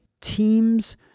teams